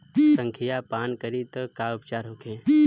संखिया पान करी त का उपचार होखे?